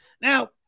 Now